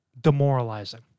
demoralizing